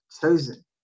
chosen